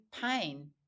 pain